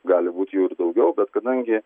gali būt jų ir daugiau bet kadangi